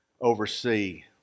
oversee